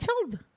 killed